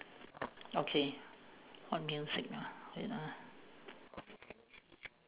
okay what music ah wait ah